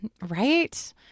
Right